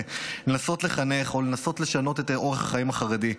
לנסות לחנך או לנסות לשנות את אורח החיים החרדי,